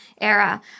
era